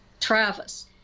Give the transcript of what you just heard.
Travis